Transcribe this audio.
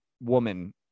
woman